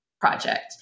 project